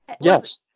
Yes